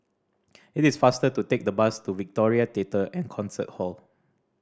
it is faster to take the bus to Victoria Theatre and Concert Hall